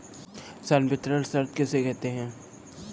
संवितरण शर्त किसे कहते हैं?